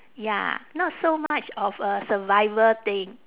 ya not so much of a survival thing